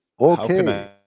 Okay